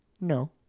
No